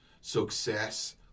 success